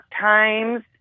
Times